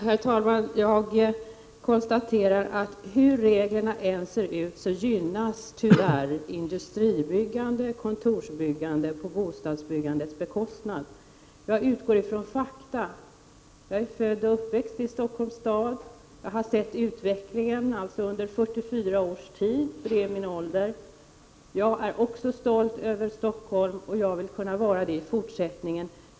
Herr talman! Jag konstaterar att industribyggande och kontorsbyggande tyvärr gynnas på bostadsbyggandets bekostnad hur reglerna än ser ut. Jag utgår från fakta. Jag är född och uppväxt i Stockholms stad. Jag har sett utvecklingen under 44 år, det är så gammal jag är. Jag är också stolt över Stockholm, och jag vill kunna vara det i fortsättningen också.